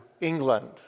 England